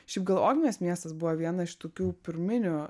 šiaip gal ogmios miestas buvo viena iš tokių pirminių